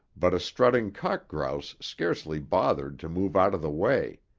but a strutting cock grouse scarcely bothered to move out of the way.